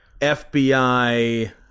FBI